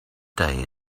day